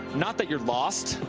not that you're lost.